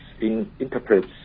interprets